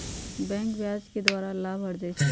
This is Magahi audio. बैंके ब्याज के द्वारा लाभ अरजै छै